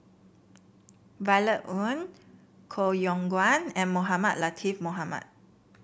Violet Oon Koh Yong Guan and Mohamed Latiff Mohamed